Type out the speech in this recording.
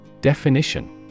Definition